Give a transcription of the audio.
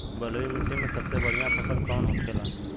बलुई मिट्टी में सबसे बढ़ियां फसल कौन कौन होखेला?